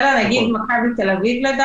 למשל, מכבי תל-אביב.